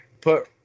put